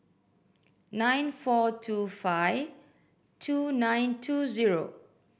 nine four two five two nine two zero